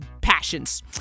passions